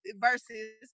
versus